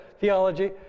theology